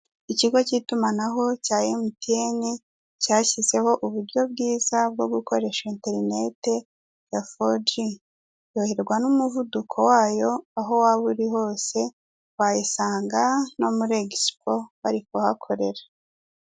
Ikigo k'itumanaho cya emutiyeni cyashyizeho uburyo bwiza bwo gukoresha interineti ya fogi ryoherwa n'umuvuduko wayo aho waba uri hose wayisanga no muri egisipo bari kuhakorera.